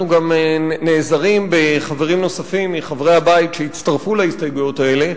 אנחנו גם נעזרים בחברים נוספים מחברי הבית שהצטרפו להסתייגויות האלה,